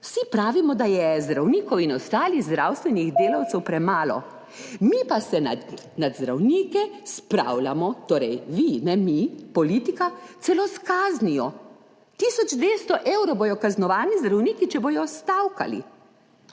Vsi pravimo, da je zdravnikov in ostalih zdravstvenih delavcev premalo. Mi pa se nad zdravnike spravljamo, torej vi, ne mi, politika, celo s kaznijo. 1200 evrov bodo kaznovani zdravniki, če bodo stavkali.